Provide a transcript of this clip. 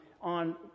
on